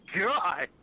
god